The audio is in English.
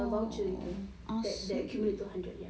dia tak it comes with the ten dollars denomination